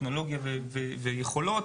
טכנולוגיה ויכולות,